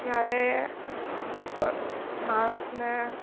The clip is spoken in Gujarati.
જ્યારે એ માણસને